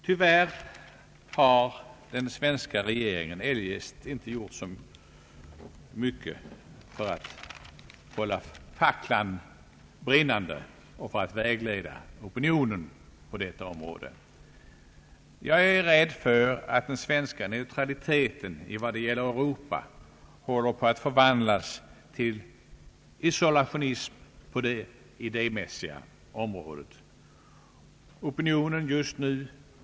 Tyvärr har den svenska regeringen inte gjort så mycket för att hålla facklan brinnande och vägleda opinionen på detta område. Jag är rädd för att den svenska neutraliteten i vad det gäller Europa håller på att förvandlas till isolationism på det idémässiga området.